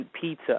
pizza